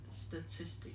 statistics